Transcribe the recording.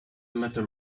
matter